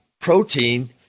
protein